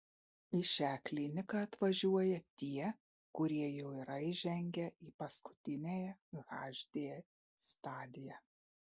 į šią kliniką atvažiuoja tie kurie jau yra įžengę į paskutiniąją hd stadiją